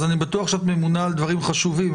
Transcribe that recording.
אז אני בטוח שאת ממונה על דברים חשובים.